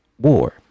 war